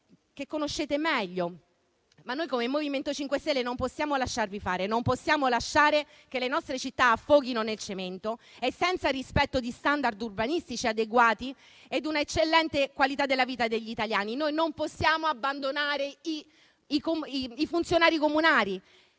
che conoscete meglio. Ma noi, come MoVimento 5 Stelle, non possiamo lasciarvi fare, non possiamo lasciare che le nostre città affoghino nel cemento, senza il rispetto di *standard* urbanistici adeguati e di una eccellente qualità della vita degli italiani. Noi non possiamo abbandonare i funzionari comunali